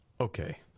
Okay